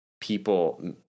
people